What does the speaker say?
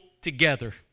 together